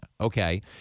okay